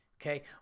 okay